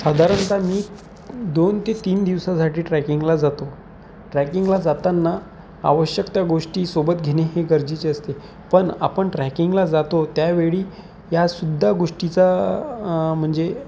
साधारणतः मी दोन ते तीन दिवसासाठी ट्रॅकिंगला जातो ट्रॅकिंगला जाताना आवश्यक त्या गोष्टी सोबत घेणे हे गरजेचे असते पण आपण ट्रॅकिंगला जातो त्यावेळी यासुद्धा गोष्टीचा म्हणजे